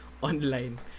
online